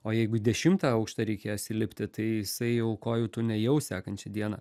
o jeigu į dešimtą aukštą reikės įlipti tai jisai jau kojų tų nejaus sekančią dieną